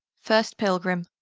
first pilgrim.